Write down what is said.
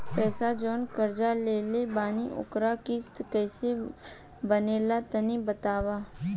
पैसा जऊन कर्जा लेले बानी ओकर किश्त कइसे बनेला तनी बताव?